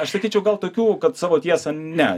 aš sakyčiau gal tokių kad savo tiesą ne